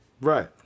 Right